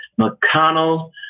McConnell